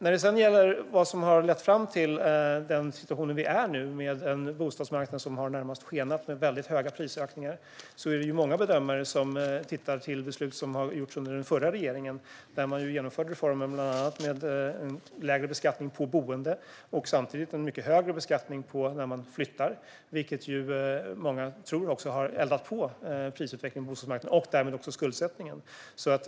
När det sedan gäller vad som har lett fram till den situation vi är i nu, med en bostadsmarknad som närmast har skenat med väldigt höga prisökningar, är det många bedömare som pekar på beslut som fattades under den förra regeringen. Då genomförde man bland annat reformer med lägre beskattning på boende och samtidigt en mycket högre beskattning vid flyttning, vilket många tror har eldat på prisutvecklingen på bostadsmarknaden och därmed också skuldsättningen.